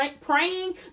praying